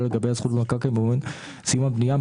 לגבי הזכות במקרקעין במועד סיום הבנייה,